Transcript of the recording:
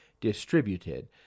distributed